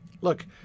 Look